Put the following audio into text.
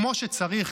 כמו שצריך,